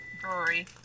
brewery